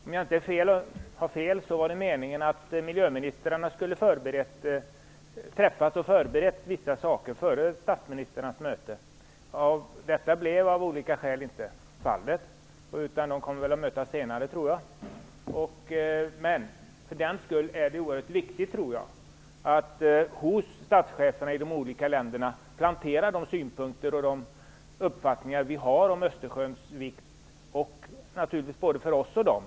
Om jag inte har fel, var det meningen att miljöministrarna skulle ha träffats och förberett vissa saker före statsministrarnas möte. Detta blev av olika skäl inte av, utan de kommer att mötas senare, tror jag. Men det är oerhört viktigt att vi hos de olika statscheferna planterar de synpunkter och uppfattningar vi har om Östersjöns betydelse, både för oss och för dem.